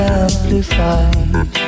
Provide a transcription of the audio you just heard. amplified